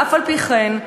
אף-על-פי-כן,